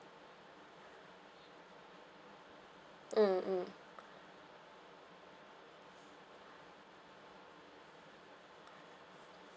mm mm